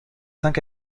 cinq